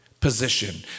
position